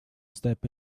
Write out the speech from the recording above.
step